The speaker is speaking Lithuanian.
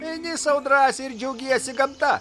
eini sau drąsiai ir džiaugiesi gamta